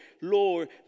Lord